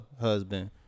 husband